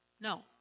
no